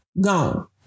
Gone